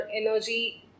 energy